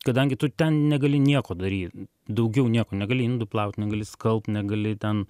kadangi tu ten negali nieko daryt daugiau nieko negali indų plaut negali skalbt negali ten